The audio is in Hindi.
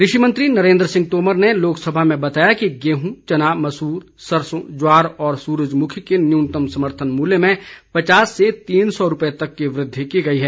कृषि मंत्री नरेन्द्र सिंह तोमर ने लोकसभा में बताया कि गेहूं चना मसूर सरसों ज्वार और सूरजमुखी के न्यूनतम समर्थन मूल्य में पचास से तीन सौ रुपये तक की वृद्धि की गयी है